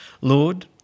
Lord